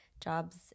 jobs